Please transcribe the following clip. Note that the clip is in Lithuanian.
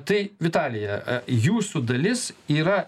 tai vitalija jūsų dalis yra